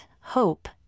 hope